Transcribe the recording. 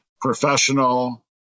professional